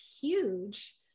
huge